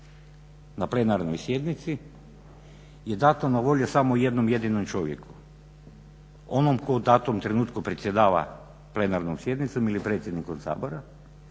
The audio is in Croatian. na plenarnoj sjednici je dato na volju samo jednom jedinom čovjeku, onom tko u datom trenutku predsjedava plenarnom sjednicom ili predsjedniku Sabora